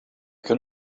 can